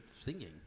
singing